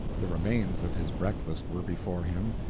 the remains of his breakfast were before him,